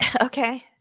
Okay